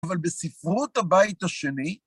אבל בספרות הבית השני,